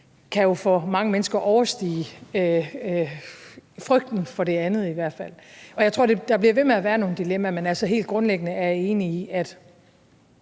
kan for mange mennesker overstige frygten for det andet i hvert fald. Jeg tror, at der bliver ved med at være nogle dilemmaer, men helt grundlæggende er jeg enig i, at